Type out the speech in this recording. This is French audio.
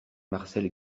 marcel